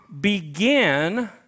begin